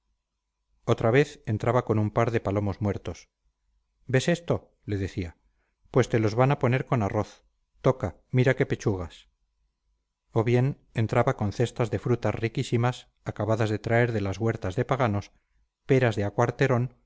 otra vez entraba con un par de palomos muertos ves esto le decía pues te los van a poner con arroz toca mira qué pechugas o bien entraba con cestas de frutas riquísimas acabadas de traer de las huertas de paganos peras de a cuarterón